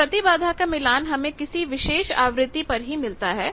तो प्रतिबाधा का मिलान हमें किसी विशेष आवृत्ति पर ही मिलता है